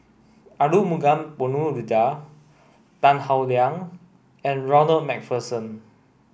Arumugam Ponnu Rajah Tan Howe Liang and Ronald MacPherson